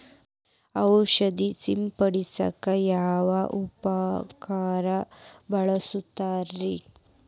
ಔಷಧಿ ಸಿಂಪಡಿಸಕ ಯಾವ ಉಪಕರಣ ಬಳಸುತ್ತಾರಿ?